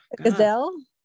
gazelle